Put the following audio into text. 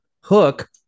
hook